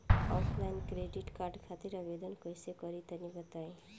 Offline credit card खातिर आवेदन कइसे करि तनि बताई?